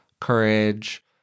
courage